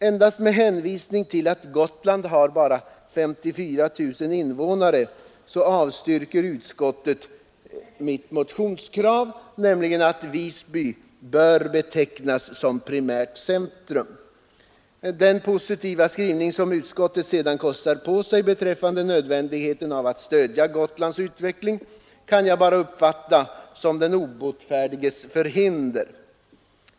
Endast med hänvisning till att Gotland har bara 54 000 invånare avstyrker utskottet mitt motionskrav att Visby bör betecknas som primärt centrum. Den positiva skrivning som utskottet sedan kostar på sig beträffande nödvändigheten av att stödja Gotlands utveckling, kan jag bara uppfatta som den obotfärdiges förhinder.